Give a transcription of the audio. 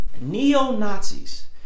neo-Nazis